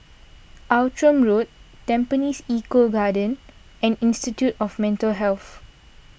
Outram Road Tampines Eco Green and Institute of Mental Health